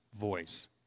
voice